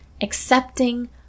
accepting